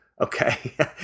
okay